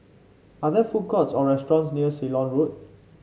are there food courts or restaurants near Ceylon Road